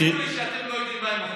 שאתם לא יודעים מה ההנחיות,